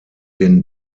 den